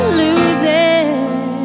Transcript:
losing